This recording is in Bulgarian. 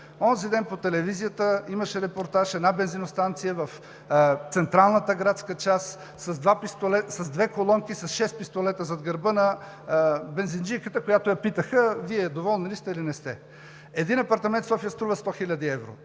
Онзи ден по телевизията имаше репортаж, една бензиностанция в централната градска част, с две колонки, с шест пистолета зад гърба на бензинджийката, която я питаха: „Вие, доволни ли сте или не сте?“ Един апартамент в София струва 100 хил. евро.